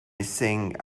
think